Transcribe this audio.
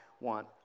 want